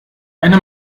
eine